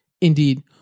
Indeed